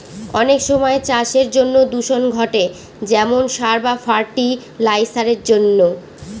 অনেক সময় চাষের জন্য দূষণ ঘটে যেমন সার বা ফার্টি লাইসারের জন্য